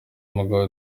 umugabo